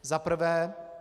Za prvé.